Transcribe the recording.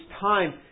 time